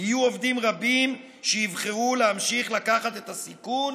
יהיו עובדים רבים שיבחרו להמשיך לקחת את הסיכון